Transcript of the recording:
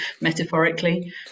metaphorically